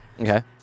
Okay